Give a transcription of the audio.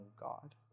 God